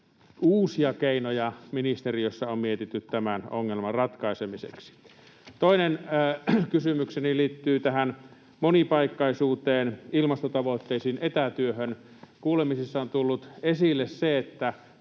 uusia keinoja ministeriössä on mietitty tämän ongelman ratkaisemiseksi? Toinen kysymykseni liittyy tähän monipaikkaisuuteen, ilmastotavoitteisiin, etätyöhön. Kuulemisissa on tullut esille se, että